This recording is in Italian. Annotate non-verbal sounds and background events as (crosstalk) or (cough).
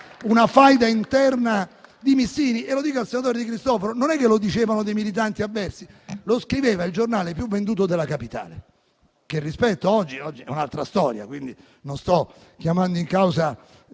una faida interna di missini. (applause) Lo dico al senatore De Cristofaro: non lo dicevano dei militanti avversi, lo scriveva il giornale più venduto della capitale, che oggi rispetto ed è un'altra storia; quindi non sto chiamando in causa